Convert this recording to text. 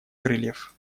крыльев